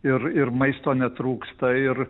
ir ir maisto netrūksta ir